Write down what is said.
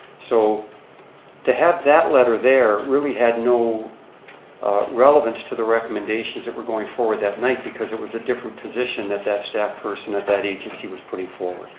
so to have that letter there, really had no relevance to the recommendations that were going forward that night because it was a different position that that staff person at that agency was putting forward.